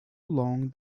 long